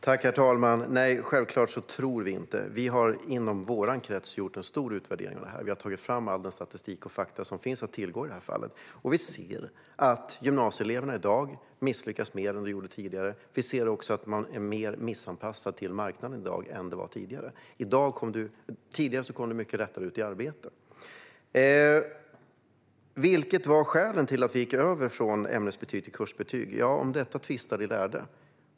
Herr talman! Självklart tror vi inte. Vi har inom vår krets gjort en stor utvärdering av detta och har tagit fram all statistik och alla fakta som finns att tillgå. Vi ser att gymnasieeleverna misslyckas mer i dag än de gjorde tidigare och att de är sämre anpassade till marknaden än tidigare. Tidigare kom de mycket lättare ut i arbete. Vilka var skälen till att vi gick över från ämnesbetyg till kursbetyg? Ja, om detta tvistar de lärde.